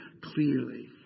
clearly